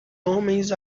homens